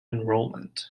enrollment